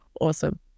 Awesome